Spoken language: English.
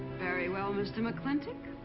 very well, mr. mclintock,